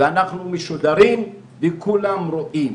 ואנחנו משודרים, וכולם רואים.